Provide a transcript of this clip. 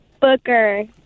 Booker